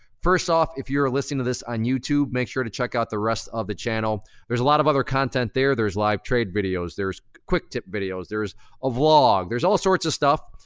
first off, if you're listening to this on youtube, make sure to check out the rest of the channel. there's a lot of other content there. there's live trade videos, there's quick tip videos, there's a vlog, there's all sorts of stuff.